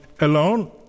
alone